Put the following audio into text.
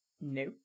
no